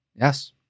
Yes